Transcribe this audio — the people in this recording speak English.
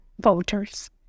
voters